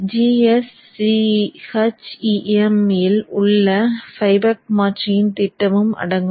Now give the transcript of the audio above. gschem இல் உள்ள flyback மாற்றியின் திட்டமும் அடங்கும்